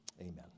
Amen